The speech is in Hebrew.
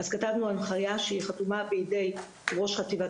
כתבנו הנחיה שחתומה על ידי ראש חטיבת